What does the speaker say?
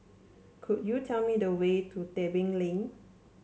could you tell me the way to Tebing Lane